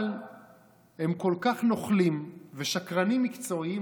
אבל הם כל כך נוכלים ושקרנים מקצועיים,